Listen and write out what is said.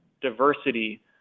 diversity